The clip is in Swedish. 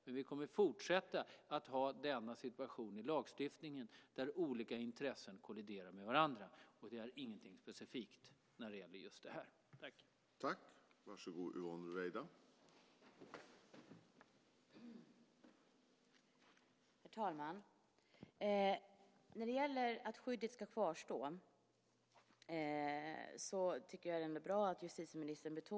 Vi kommer att fortsätta att ha situationen i lagstiftningen att olika intressen kolliderar med varandra, och det är ingenting specifikt i just den här frågan.